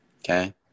Okay